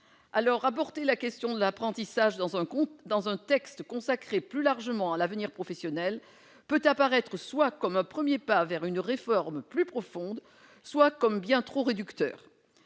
Alors, aborder la question de l'apprentissage dans un texte consacré plus largement à l'avenir professionnel peut paraître soit comme un premier pas vers une réforme plus profonde, soit comme bien trop réducteur,